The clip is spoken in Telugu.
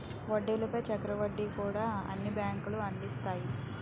వడ్డీల పై చక్ర వడ్డీలను కూడా కొన్ని బ్యాంకులు అందిస్తాయి